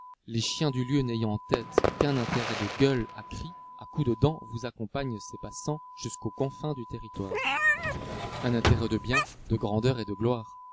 les chiens du lieu n'ayant en tête qu'un intérêt de gueule à cris à coups de dent vous accompagnent ces passants jusqu'aux confins du territoire un intérêt de biens de grandeur et de gloire